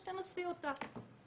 שתנסי אותה.